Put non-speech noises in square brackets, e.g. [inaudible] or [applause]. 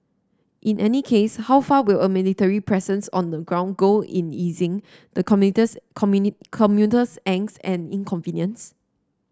in any case how far will a military presence on the ground go in easing the commuters [unintelligible] commuter's angst and inconvenience